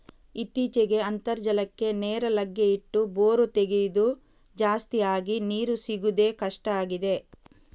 ಇತ್ತೀಚೆಗೆ ಅಂತರ್ಜಲಕ್ಕೆ ನೇರ ಲಗ್ಗೆ ಇಟ್ಟು ಬೋರು ತೆಗೆಯುದು ಜಾಸ್ತಿ ಆಗಿ ನೀರು ಸಿಗುದೇ ಕಷ್ಟ ಆಗಿದೆ